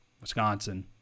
Wisconsin